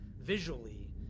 visually